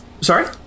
Sorry